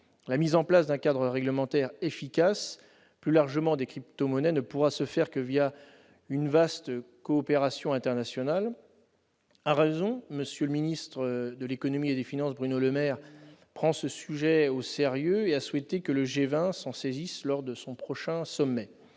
La mise en place d'un cadre réglementaire efficace relatif au bitcoin, et plus largement aux crypto-monnaies, ne pourra se faire que une vaste coopération internationale. À raison, M. le ministre de l'économie et des finances, Bruno Le Maire, prend ce sujet au sérieux et a souhaité que le G20 s'en saisisse lors de son prochain sommet.